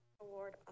award